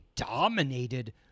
dominated